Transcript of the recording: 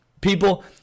People